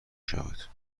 شود